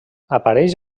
apareix